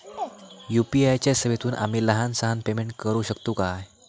UPI च्या सेवेतून आम्ही लहान सहान पेमेंट करू शकतू काय?